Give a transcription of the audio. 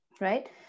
right